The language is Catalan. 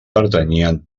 pertanyien